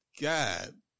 God